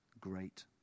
great